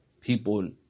people